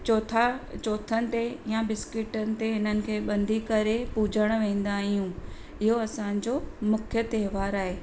चौथा चौथनि ते या बिस्किटनि ते हिननि खे बंधी करे पूॼणु वेंदा आहियूं इयो असांजो मुख्य त्योहारु आहे